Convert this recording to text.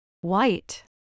White